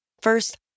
First